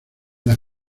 las